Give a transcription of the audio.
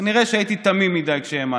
כנראה שהייתי תמים מדי כשהאמנתי.